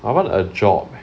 I want a job leh